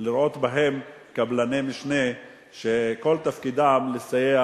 לראות בהם קבלני משנה שכל תפקידם לסייע